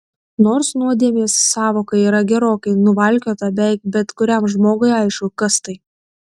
nors nuodėmės sąvoka yra gerokai nuvalkiota beveik bet kuriam žmogui aišku kas tai